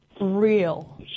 real